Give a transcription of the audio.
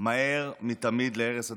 מהר מתמיד להרס הדמוקרטיה,